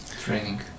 training